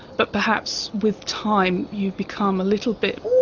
but perhaps with time you become a little bit,